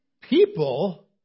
People